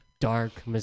dark